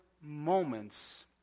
moments